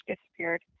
disappeared